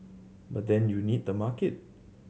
but then you need the market